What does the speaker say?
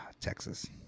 Texas